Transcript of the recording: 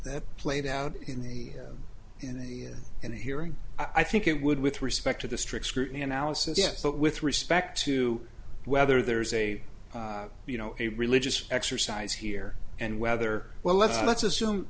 that played out in the in the in hearing i think it would with respect to the strict scrutiny analysis yes but with respect to whether there is a you know a religious exercise here and whether well let's let's assume